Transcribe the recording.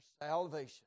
salvation